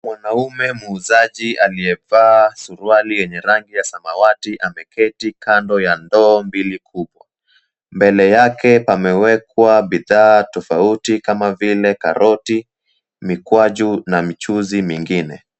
Mwanaume muuzaji aliyevaa suruali yenye rangi ya samawati ameketi kando ya ndoo mbili kubwa, mbele yake pamewekwa bidhaa tofauti kama vile karoti, mikwaju na michuzi mingine.